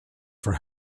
for